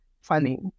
funny